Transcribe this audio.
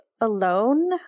alone